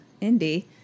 Indy